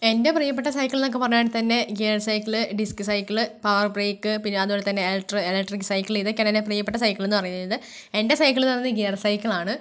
എന്റെ പ്രിയപ്പെട്ട സൈക്കിള്ന്നൊക്കെ പറഞ്ഞാൽ തന്നെ gear cycle disc cycle power brake പിന്നതുപോലെ തന്നെ എല ഇലക്ട്രിക് സൈക്കിള് ഇതൊക്കെയാണ് എന്റെ പ്രിയപ്പെട്ട സൈക്കിള് എന്ന് പറയുന്നത് എന്റെ സൈക്കിള് എന്നു പറയുന്നത് ഗിയർ സൈക്കിളാണ്